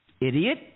Idiot